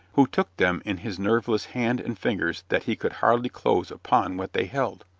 who took them in his nerveless hand and fingers that he could hardly close upon what they held.